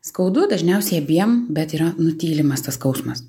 skaudu dažniausiai abiem bet yra nutylimas tas skausmas